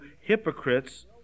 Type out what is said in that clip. hypocrites